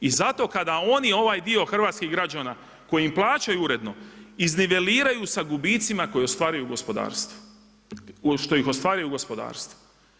I zato kada oni ovaj dio hrvatskih građana koji im plaćaju uredno izniveliraju sa gubicima koje ostvaruju u gospodarstvu, što ih ostvaruju u gospodarstvu.